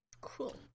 Cool